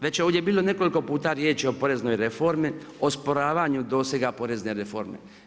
Već je ovdje bilo nekoliko puta riječi o poreznoj reformi, osporavanju dosega porezne reforme.